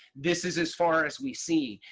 this is as far as we see.